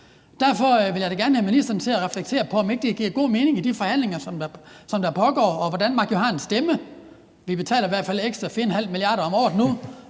Derfor vil jeg gerne have ministeren til at reflektere over, om ikke det giver god mening i de forhandlinger, som pågår, og hvor Danmark jo har en stemme – vi betaler i hvert fald 4,5 mia. kr. ekstra om året nu